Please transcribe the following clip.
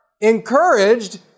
encouraged